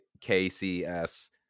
k-c-s